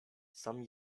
some